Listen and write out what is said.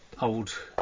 old